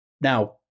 Now